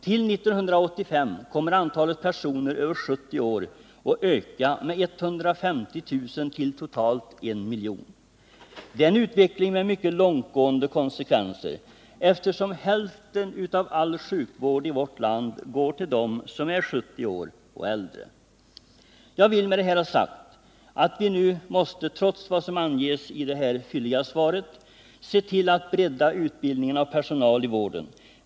Till 1985 kommer antalet personer över 70 år att öka 85 med 150 000 till totalt I miljon. Det är en utveckling med mycket långtgående konsekvenser, eftersom hälften av all sjukvård i vårt land går till dem som är 70 år och äldre. Jag vill med det här ha sagt att vi nu måste, trots vad som anges i det fylliga svaret, se till att bredda utbildningen av personal i vården.